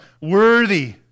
Worthy